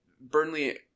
Burnley